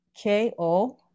K-O